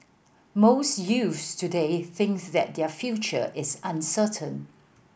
most youths today thinks that their future is uncertain